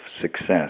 success